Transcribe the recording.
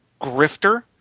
Grifter